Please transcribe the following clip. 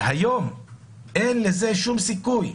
שהיום אין לזה שום סיכוי,